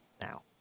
now